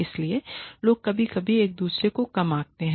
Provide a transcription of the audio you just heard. इसलिए लोग कभी कभी एक दूसरे को कम आंकते हैं